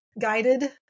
guided